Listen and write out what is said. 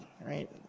right